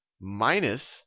minus